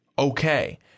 Okay